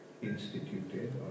instituted